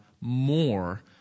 more